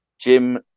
Jim